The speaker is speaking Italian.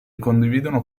condividono